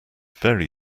very